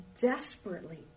desperately